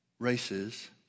Races